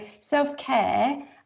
self-care